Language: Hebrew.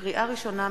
לקריאה ראשונה,